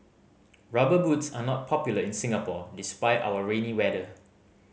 Rubber Boots are not popular in Singapore despite our rainy weather